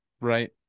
right